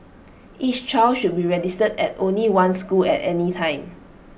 each child should be registered at only one school at any time